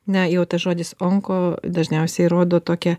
na jau tas žodis onko dažniausiai rodo tokią